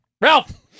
Ralph